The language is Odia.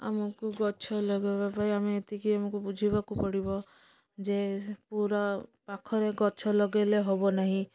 ଆମକୁ ଗଛ ଲଗେଇବା ପାଇଁ ଆମେ ଏତିକି ଆମକୁ ବୁଝିବାକୁ ପଡ଼ିବ ଯେ ପୁରା ପାଖରେ ଗଛ ଲଗେଇଲେ ହେବ ନାହିଁ